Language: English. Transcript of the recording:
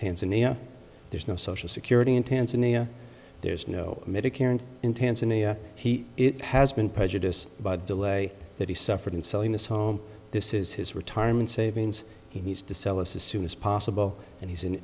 tanzania there's no social security in tanzania there's no medicare and in tanzania he has been prejudiced by the delay that he suffered in selling this home this is his retirement savings he needs to sell us as soon as possible and he's in